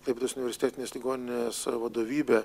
klaipėdos universitetinės ligoninės vadovybė